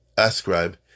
ascribe